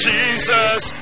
Jesus